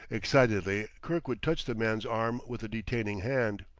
excitedly kirkwood touched the man's arm with a detaining hand.